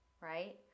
right